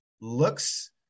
looks